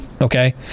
Okay